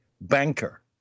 banker